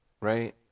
right